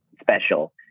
special